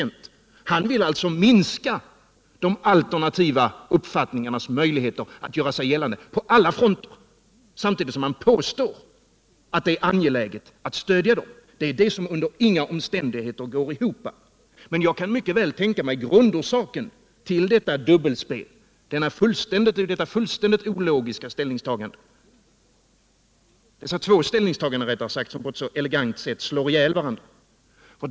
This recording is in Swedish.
Einar Larsson vill alltså på alla fronter minska de alternativa uppfattningarnas möjligheter att göra sig gällande samtidigt som han påstår att det är angeläget att stödja dem. Det är det som under inga omständigheter går ihop. Men jag kan mycket väl tänka mig grundorsaken till detta dubbelspel, dessa två ställningstaganden, som på ett så elegant sätt slår ihjäl varandra.